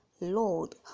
Lord